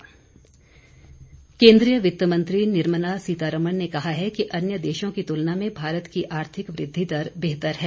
आर्थिक वृद्धि केंद्रीय वित्त मंत्री निर्मला सीतारमण ने कहा है कि अन्य देशों की तुलना में भारत की आर्थिक वृद्वि दर बेहतर है